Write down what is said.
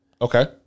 Okay